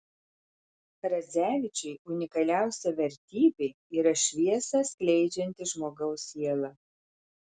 radzevičiui unikaliausia vertybė yra šviesą skleidžianti žmogaus siela